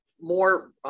more